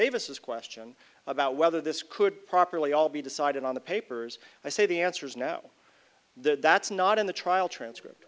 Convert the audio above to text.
is question about whether this could properly all be decided on the papers i say the answer is now that's not in the trial transcript